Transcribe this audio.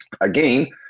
again